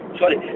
sorry